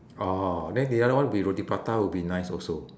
oh then the other one will be roti prata would be nice also